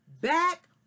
back